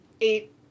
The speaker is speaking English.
eight